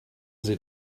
sie